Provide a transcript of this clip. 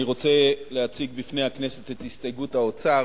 אני רוצה להציג בפני הכנסת את הסתייגות האוצר,